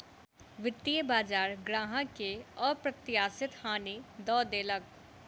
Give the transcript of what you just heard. वित्तीय बजार ग्राहक के अप्रत्याशित हानि दअ देलक